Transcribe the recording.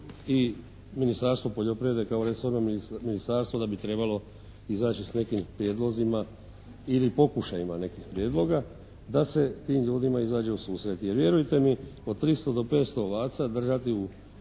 i Ministarstvo poljoprivrede kao resorno ministarstvo da bi trebalo izaći s nekim prijedlozima ili pokušajima nekih prijedloga da se tim ljudima izađe u susret. Jer vjerujte mi po 300 do 500 ovaca držati u